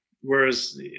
whereas